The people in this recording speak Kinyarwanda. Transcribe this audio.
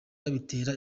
bitera